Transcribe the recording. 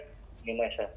ya